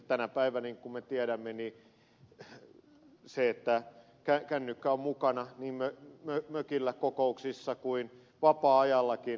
tänä päivänä niin kuin me tiedämme kännykkä on mukana niin mökillä kokouksissa kuin vapaa ajallakin